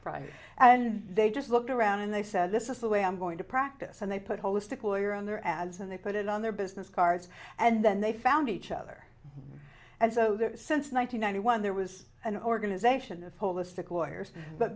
right and they just looked around and they said this is the way i'm going to practice and they put holistic lawyer on their ads and they put it on their business cards and then they found each other and so that since one thousand nine hundred one there was an organization of holistic lawyers but